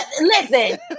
Listen